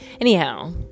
Anyhow